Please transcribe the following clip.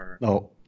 No